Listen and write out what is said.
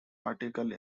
article